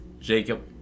Jacob